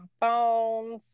phones